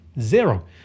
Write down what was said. zero